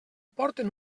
porten